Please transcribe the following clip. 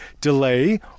delay